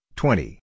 twenty